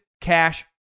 Cash